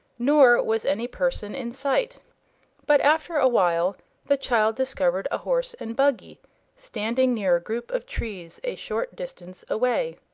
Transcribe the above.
nor was any person in sight but after a while the child discovered a horse and buggy standing near a group of trees a short distance away.